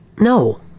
No